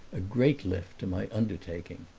a great lift to my undertaking.